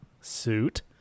suit